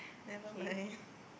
never mind